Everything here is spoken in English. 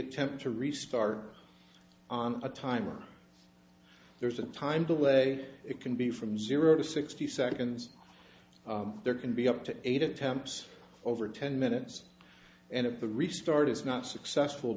attempt to restart on a timer there's a time the way it can be from zero to sixty seconds there can be up to eight attempts over ten minutes and if the restart is not successful